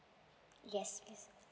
yes please